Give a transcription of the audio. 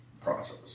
process